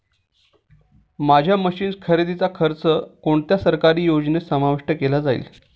माझ्या मशीन्स खरेदीचा खर्च कोणत्या सरकारी योजनेत समाविष्ट केला जाईल?